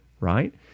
right